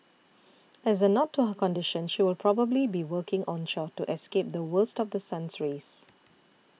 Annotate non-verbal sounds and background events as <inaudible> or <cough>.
<noise> as a nod to her condition she will probably be working onshore to escape the worst of The Sun's rays